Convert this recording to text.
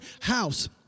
house